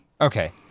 Okay